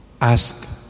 ask